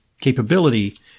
capability